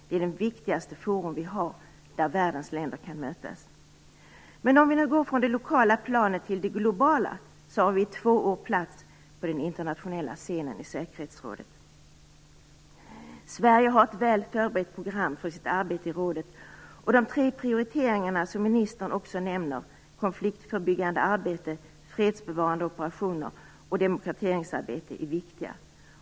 Det är det viktigaste forum som vi har där världens länder kan mötas. Om vi nu går från det lokala planet till det globala har vi i två år plats på den internationella scenen i säkerhetsrådet. Sverige har ett väl förberett program för sitt arbete i rådet. Och de tre prioriteringarna som ministern också nämner - konfliktförebyggande arbete, fredsbevarande operationer och demokratiseringsarbete - är viktiga.